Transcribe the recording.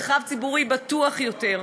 מרחב ציבורי בטוח יותר.